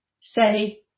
say